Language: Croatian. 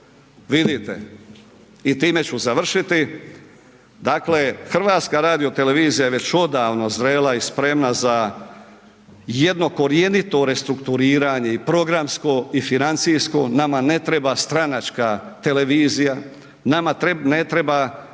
vidite. I time ću završiti, dakle HRT je već odavno zrela i spremna za jedno korjenito restrukturiranje i programsko i financijsko, nama ne treba stranačka televizija, nama ne treba